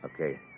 Okay